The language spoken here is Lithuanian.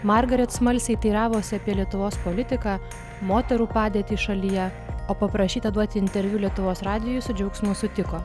margaret smalsiai teiravosi apie lietuvos politiką moterų padėtį šalyje o paprašyta duoti interviu lietuvos radijui su džiaugsmu sutiko